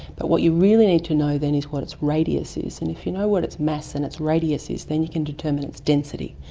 but what you really need to know then is what it's radius is. and if you know what its mass and its radius is, then you can determine its density.